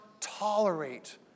tolerate